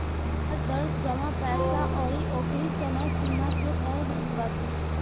बियाज दर जमा पईसा अउरी ओकरी समय सीमा से तय होत बाटे